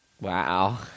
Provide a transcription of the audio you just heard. Wow